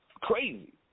Crazy